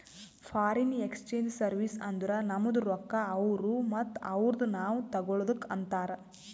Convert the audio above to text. foreign exchange service ಅಂದುರ್ ನಮ್ದು ರೊಕ್ಕಾ ಅವ್ರು ಮತ್ತ ಅವ್ರದು ನಾವ್ ತಗೊಳದುಕ್ ಅಂತಾರ್